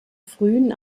frühen